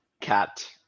Cat